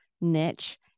niche